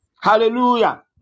Hallelujah